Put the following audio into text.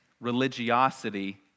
religiosity